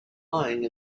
lying